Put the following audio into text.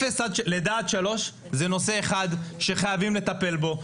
לידה עד שלוש זה נושא אחד שחייבים לטפל בו,